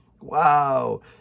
Wow